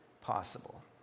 possible